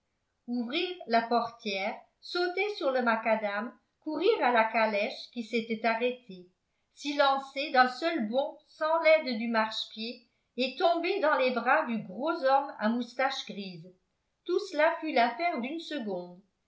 ouvrir la portière sauter sur le macadam courir à la calèche qui s'était arrêtée s'y lancer d'un seul bond sans l'aide du marchepied et tomber dans les bras du gros homme à moustache grise tout cela fut l'affaire d'une seconde